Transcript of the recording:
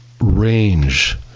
range